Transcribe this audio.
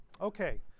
Okay